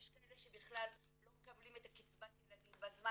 יש כאלה שבכלל לא מקבלים את קצבת הילדים בזמן